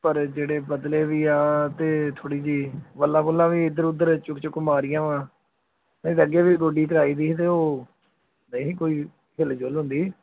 ਪਰ ਜਿਹੜੇ ਬਦਲੇ ਵੀ ਆ ਅਤੇ ਥੋੜ੍ਹਾ ਜਿਹੀ ਵੱਲਾ ਬੱਲਾ ਵੀ ਇੱਧਰ ਉੱਧਰ ਚੁੱਕ ਚੁੱਕ ਮਾਰੀਆਂ ਵਾ ਨਹੀਂ ਤਾਂ ਅੱਗੇ ਵੀ ਗੋਡੀ ਕਰਾਈ ਦੀ ਤੇ ਉਹ ਨਹੀਂ ਕੋਈ ਹਿਲ ਜੁਲ ਹੁੰਦੀ